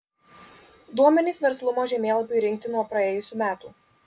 duomenys verslumo žemėlapiui rinkti nuo praėjusių metų